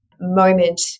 moment